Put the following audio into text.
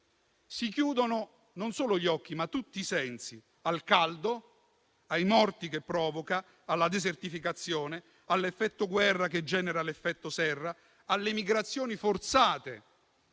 Si chiudono non solo gli occhi, ma tutti i sensi, al caldo, ai morti che provoca, alla desertificazione, all'effetto guerra che genera l'effetto serra, alle migrazioni forzate